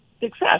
success